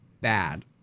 bad